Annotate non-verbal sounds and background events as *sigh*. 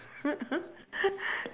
*laughs*